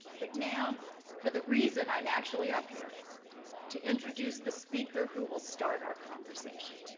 but now for the reason i'm actually up here to introduce the speaker who will start our conversation.